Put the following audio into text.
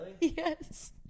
Yes